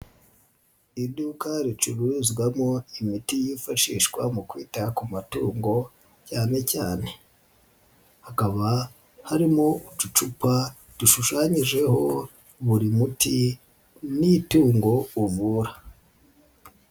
Iduka ricururizwamo imiti yifashishwa mu kwita ku matongo cyane cyane, hakaba harimo uducupa dushushanyijeho buri muti n'itungo uvura.